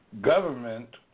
government